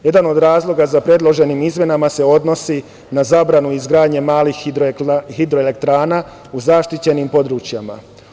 Jedan od razloga za predložene izmene se odnosi na zabranu izgradnje malih hidroelektrana u zaštićenim područjima.